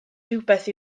rhywbeth